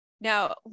Now